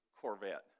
Corvette